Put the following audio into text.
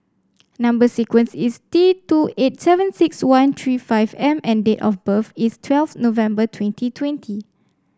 number sequence is T two eight seven six one three five M and date of birth is twelve November twenty twenty